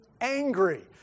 angry